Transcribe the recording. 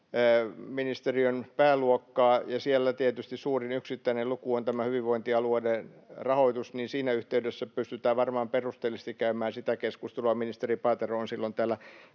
valtiovarainministeriön pääluokkaa ja siellä tietysti suurin yksittäinen luku on tämä hyvinvointialueiden rahoitus, niin siinä yhteydessä pystytään varmaan perusteellisesti käymään sitä keskustelua. Ministeri Paatero on silloin täällä